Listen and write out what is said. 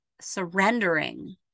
surrendering